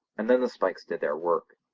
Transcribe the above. and then the spikes did their work.